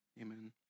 Amen